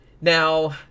Now